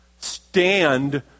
Stand